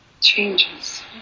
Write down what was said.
Changes